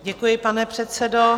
Děkuji, pane předsedo.